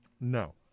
No